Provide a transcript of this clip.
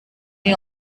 may